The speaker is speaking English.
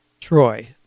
Troy